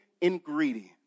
ingredient